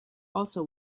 also